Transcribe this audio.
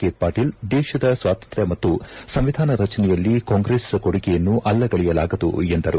ಕೆಪಾಟೀಲ್ ದೇಶದ ಸ್ವಾತಂತ್ರ್ಯ ಮತ್ತು ಸಂವಿಧಾನ ರಚನೆಯಲ್ಲಿ ಕಾಂಗ್ರೆಸ್ ಕೊಡುಗೆಯನ್ನು ಅಲ್ಲಗಳೆಯಲಾಗದು ಎಂದರು